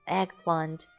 eggplant